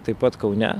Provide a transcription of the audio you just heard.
taip pat kaune